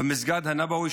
מסג'ד אל-נבוי,